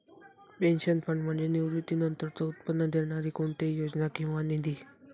pension fund म्हणजे निवृत्तीनंतरचो उत्पन्न देणारी कोणतीही योजना किंवा निधी